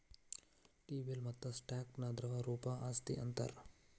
T bill ಮತ್ತ stock ನ ದ್ರವ ರೂಪದ್ ಆಸ್ತಿ ಅಂತಾರ್